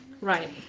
Right